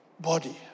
body